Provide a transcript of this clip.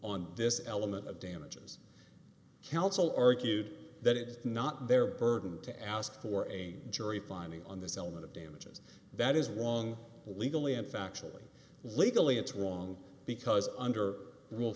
on this element of damages counsel argued that it is not their burden to ask for a jury finding on this element of damages that is wrong legally and factually legally it's wrong because under